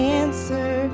answer